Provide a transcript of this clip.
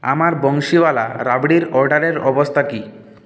আমার বংশীওয়ালা রাবড়ির অর্ডারের অবস্থা কি